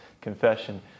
confession